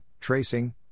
tracing